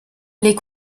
les